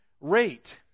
rate